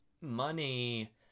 money